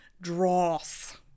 Dross